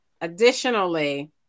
Additionally